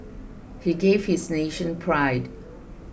he gave this nation pride